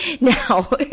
Now